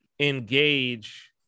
engage